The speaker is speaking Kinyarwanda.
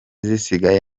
zisigaye